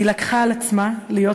היא לקחה על עצמה להיות